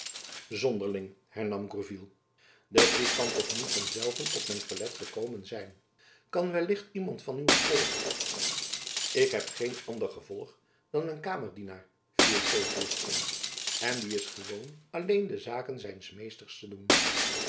zonderling hernam gourville die brief kan toch niet van zelven op mijn toilet gekomen zijn kan wellicht iemand van uw gevolg ik heb geen ander gevolg dan mijn kamerdienaar viel sylvius in en die is gewoon alleen de zaken zijns meesters te doen